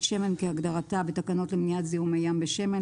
שמן כהגדרתה בתקנות למניעת זיהום מי ים בשמן,